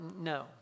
no